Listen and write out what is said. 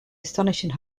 astonishing